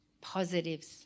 positives